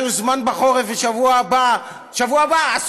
כי